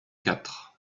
quatre